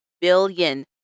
billion